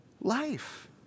life